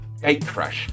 gatecrash